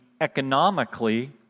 economically